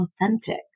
authentic